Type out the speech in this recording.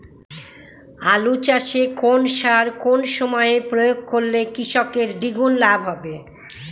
আলু চাষে কোন সার কোন সময়ে প্রয়োগ করলে কৃষকের দ্বিগুণ লাভ হবে?